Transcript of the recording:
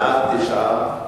בעד, 9,